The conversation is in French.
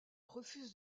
refusent